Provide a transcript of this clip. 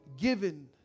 given